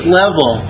level